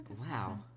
Wow